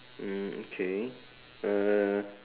okay